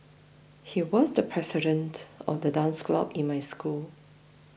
he was the president of the dance club in my school